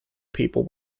people